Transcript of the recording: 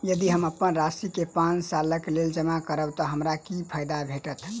यदि हम अप्पन राशि केँ पांच सालक लेल जमा करब तऽ हमरा की फायदा भेटत?